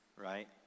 right